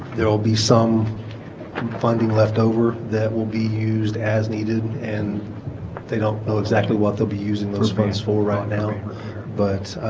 there will be some funding left over that will be used as needed and they don't know exactly what they'll be using this place for right now but